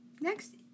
Next